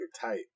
tight